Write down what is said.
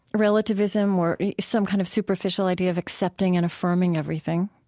relativism or some kind of superficial idea of accepting and affirming everything,